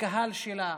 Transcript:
לקהל שלה,